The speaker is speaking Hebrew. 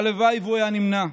הלוואי שהוא היה נמנע,